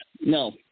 No